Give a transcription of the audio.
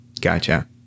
Gotcha